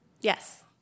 Yes